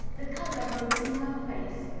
the color rose in her face,